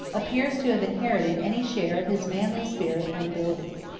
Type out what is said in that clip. appears to have inherited any share of his manly spirit and abilities.